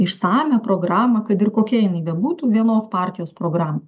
išsamią programą kad ir kokia jinai bebūtų vienos partijos programą